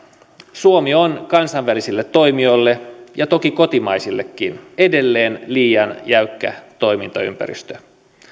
suomi on kansainvälisille toimijoille ja toki kotimaisillekin edelleen liian jäykkä toimintaympäristö